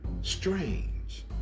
strange